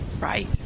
Right